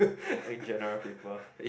eh general paper